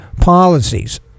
policies